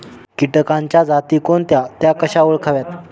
किटकांच्या जाती कोणत्या? त्या कशा ओळखाव्यात?